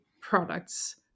products